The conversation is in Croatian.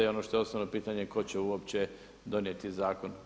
I ono što je osnovno pitanje tko će uopće donijeti zakon.